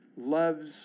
loves